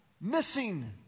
missing